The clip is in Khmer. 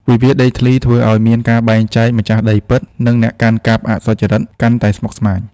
វិវាទដីធ្លីធ្វើឱ្យមានការបែងចែក "ម្ចាស់ដីពិត" និង "អ្នកកាន់កាប់អសុទ្ធចិត្ត" កាន់តែស្មុគស្មាញ។